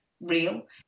real